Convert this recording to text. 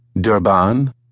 Durban